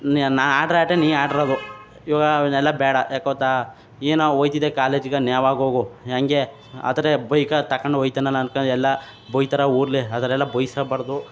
ನಾ ಆಡ್ರ್ ಆಟ ನೀ ಆಡಿರೋದು ಈವಾಗ ಅವನ್ನೆಲ್ಲ ಬೇಡ ಯಾಕೆ ಗೊತ್ತಾ ಈಗ ನಾನು ಹೋಯ್ತಿದ್ದೆ ಕಾಲೇಜಿಗೆ ನಾವಾಗಿ ಹೋಗೋ ಹಾಗೆ ಆ ಥರ ಬೈಕ್ ತಗೊಂಡು ಹೋಗ್ತಾನಲ್ಲ ಅಂದ್ಕೊಂಡು ಎಲ್ಲ ಬೈತಾರೆ ಊರಲ್ಲಿ ಆ ಥರ ಎಲ್ಲ ಬಯಸ್ಬಾರ್ದು